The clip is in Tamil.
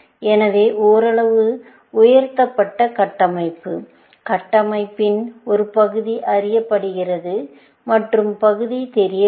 எனவே ஓரளவு உயர்த்தப்பட்ட கட்டமைப்பு கட்டமைப்பின் ஒரு பகுதி அறியப்படுகிறது மற்றும் பகுதி தெரியவில்லை